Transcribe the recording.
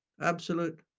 Absolute